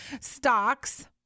stocks